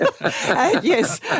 Yes